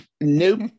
nope